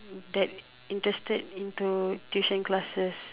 that interested into tuition classes